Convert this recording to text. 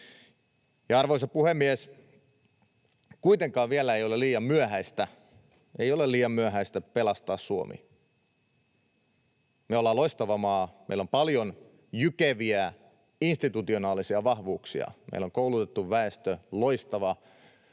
Arvoisa puhemies! Kuitenkaan vielä ei ole liian myöhäistä, ei ole liian myöhäistä pelastaa Suomea. Me ollaan loistava maa, meillä on paljon jykeviä institutionaalisia vahvuuksia: Meillä on koulutettu väestö, loistava